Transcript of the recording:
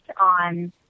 on